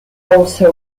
also